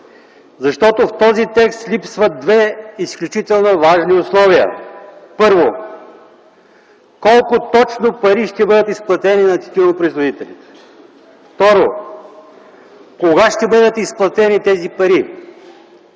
Защото в този текст липсват две изключително важни условия. Първо, колко точно пари ще бъдат изплатени на тютюнопроизводителите? Второ, кога ще бъдат изплатени тези пари?